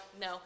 no